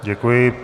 Děkuji.